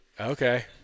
okay